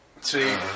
See